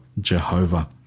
Jehovah